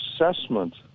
assessment